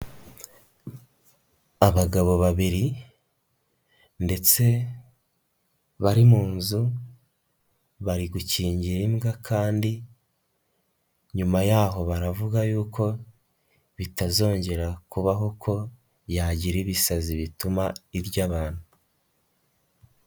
Abagabo babiri ndetse bari mu inzu bari gukingira imbwa kandi nyuma yaho baravuga yuko bitazongera kubaho ko yagira ibisazi bituma irya abantu.